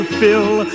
fill